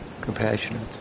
compassionate